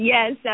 Yes